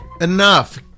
enough